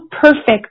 perfect